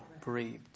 breathed